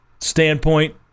standpoint